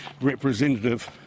representative